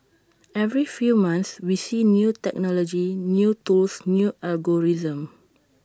every few months we see new technology new tools new algorithms